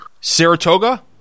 Saratoga